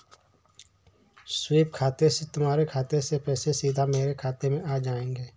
SVEEP खाते से तुम्हारे खाते से पैसे सीधा मेरे खाते में आ जाएंगे